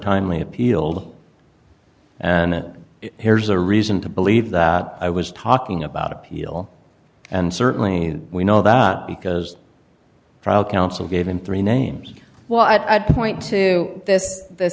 timely appealed and here's a reason to believe that i was talking about appeal and certainly we know that because trial counsel gave him three names what i'd point to this th